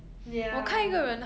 ya